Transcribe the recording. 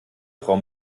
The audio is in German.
frau